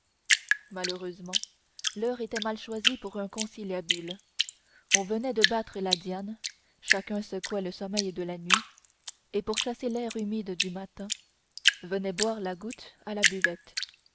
malheureusement l'heure était mal choisie pour un conciliabule on venait de battre la diane chacun secouait le sommeil de la nuit et pour chasser l'air humide du matin venait boire la goutte à la buvette